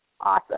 Awesome